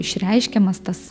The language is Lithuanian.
išreiškiamas tas